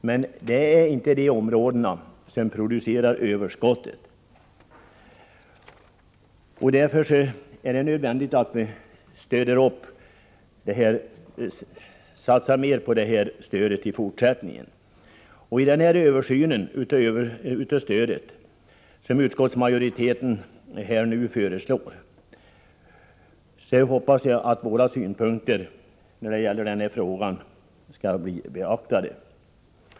Men det är inte de områdena som producerar överskottet, och därför bör man satsa mera på det stödet i fortsättningen. I den översyn av stödet som utskottsmajoriteten nu föreslår hoppas jag att våra synpunkter i den här frågan skall bli beaktade.